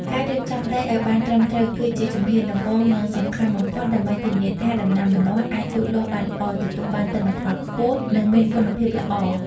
ការរៀបចំដីឱ្យបានត្រឹមត្រូវ គឺជាជំហានដំបូង និងសំខាន់បំផុតដើម្បីធានាថាដំណាំម្នាស់អាចលូតលាស់បានល្អ ទទួលបានទិន្នផលខ្ពស់ និងមានគុណភាពល្អ។